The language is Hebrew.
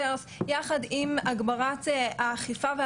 ורק אלוהים יודע מה יעשו עם הדיווח שלי".